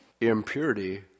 impurity